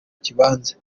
kibanza